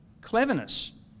cleverness